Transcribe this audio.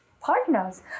partners